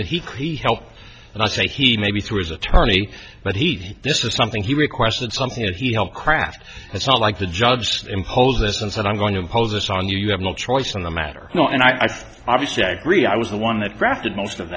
that he could help and i say he maybe through his attorney but he'd this is something he requested something that he helped craft it's not like the judge imposed this and said i'm going to impose this on you you have no choice in the matter and i obviously i agree i was the one that drafted most of